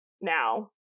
now